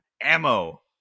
ammo